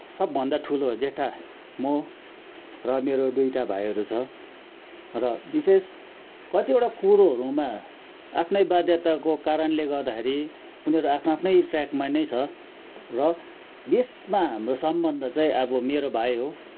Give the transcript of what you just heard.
सबभन्दा ठुलो जेठा म र मेरो दुइटा भाइहरू छ र विशेष कतिवटा कुरोहरूमा आफ्नै बाध्यताको कारणले गर्दाखेरि उनीहरू आफ्नो आफ्नै ट्रयाकमा नै छ र यसमा हाम्रो सम्बन्ध चाहिँ अब मेरो भाइ हो